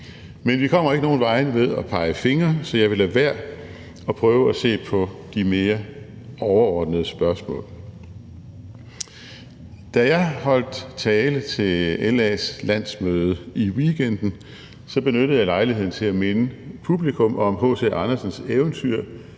Men vi kommer ikke nogen vegne ved at pege fingre, så jeg vil lade være og prøve at se på de mere overordnede spørgsmål. Da jeg holdt tale til LA's landsmøde i weekenden, benyttede jeg lejligheden til at minde publikum om H.C. Andersens eventyr